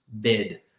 bid